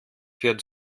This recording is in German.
wird